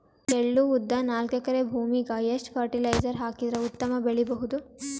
ಎಳ್ಳು, ಉದ್ದ ನಾಲ್ಕಎಕರೆ ಭೂಮಿಗ ಎಷ್ಟ ಫರಟಿಲೈಜರ ಹಾಕಿದರ ಉತ್ತಮ ಬೆಳಿ ಬಹುದು?